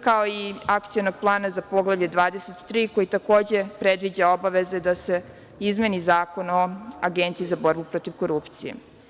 kao i Akcionog plana za Poglavlje 23 koje takođe predviđa obaveze da se izmeni Zakon o Agenciji za borbu protiv korupcije.